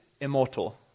immortal